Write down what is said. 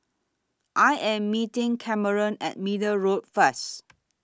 I Am meeting Cameron At Middle Road First